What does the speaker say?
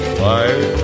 fire